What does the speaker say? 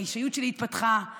האישיות שלי התפתחה,